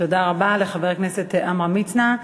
תודה רבה לחבר הכנסת עמרם מצנע.